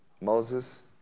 Moses